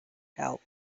help